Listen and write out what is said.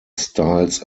styles